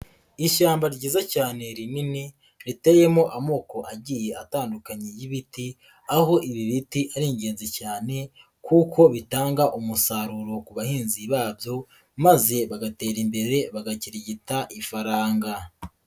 Ishyamba ryiza cyane rinini, riteyemo amoko agiye atandukanye y'ibiti, aho ibi biti ari ingenzi cyane kuko bitanga umusaruro ku bahinzi babyo, maze bagatera imbere bagakirigita ifaranga.